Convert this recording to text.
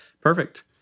perfect